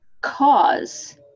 cause